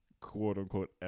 quote-unquote